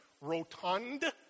rotund